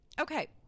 Okay